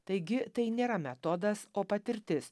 taigi tai nėra metodas o patirtis